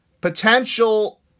potential